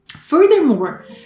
Furthermore